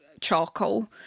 charcoal